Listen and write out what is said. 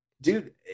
dude